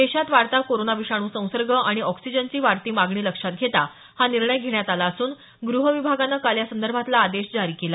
देशात वाढता कोरोना विषाणू संसर्ग आणि ऑक्सीजनची वाढती मागणी लक्षात घेता हा निर्णय घेण्यात आला असून ग्रह विभागानं काल यासंदर्भातला आदेश जारी केला